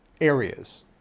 areas